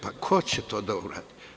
Pa, ko će to da uradi?